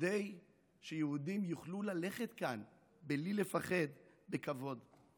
כדי שיהודים יוכלו ללכת כאן בלי לפחד, בכבוד.